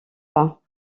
pas